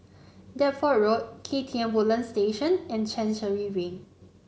Deptford Road K T M Woodlands Station and Chancery Lane